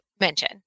mention